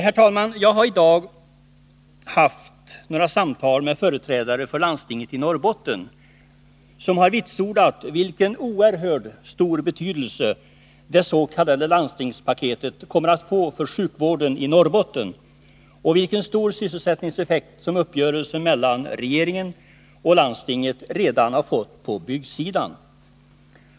Herr talman! Jag har i dag på morgonen haft samtal med företrädare för landstinget i Norrbotten, som har vitsordat vilken oerhört stor betydelse det s.k. landstingspaketet kommer att få för sjukvården i Norrbotten och vilken stor sysselsättningseffekt som uppgörelsen mellan regeringen och landstinget fått på byggsidan.